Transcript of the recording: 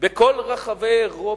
בכל רחבי אירופה,